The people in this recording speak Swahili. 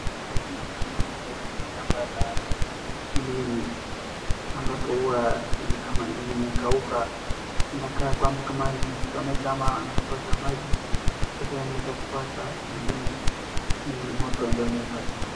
Hapo kuna shamba ambaye ni shamba la ndizi ambapo huwa ni kama zimekauka. Inakaa kama zimechomeka ama imekosa maji. Sasa inaezakuwa hata pengine ni moto ndiyo imepata.